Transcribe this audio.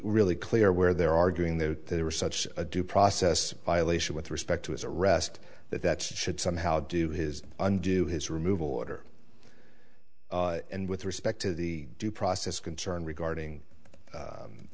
really clear where they're arguing that there was such a due process violation with respect to his arrest that that should somehow do his undo his removal order and with respect to the due process concern regarding